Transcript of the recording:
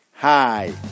Hi